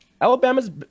Alabama's –